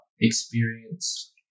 experience